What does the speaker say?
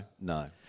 no